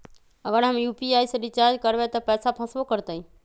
अगर हम यू.पी.आई से रिचार्ज करबै त पैसा फसबो करतई?